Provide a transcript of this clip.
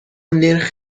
نرخ